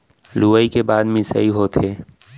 लुवई के बाद मिंसाई होथे